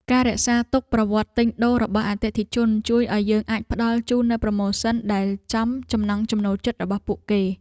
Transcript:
ការរក្សាទុកប្រវត្តិទិញដូររបស់អតិថិជនជួយឱ្យយើងអាចផ្ដល់ជូននូវប្រូម៉ូសិនដែលចំចំណង់ចំណូលចិត្តរបស់ពួកគេ។